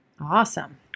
Awesome